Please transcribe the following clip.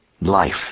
life